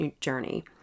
journey